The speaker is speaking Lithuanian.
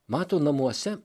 mato namuose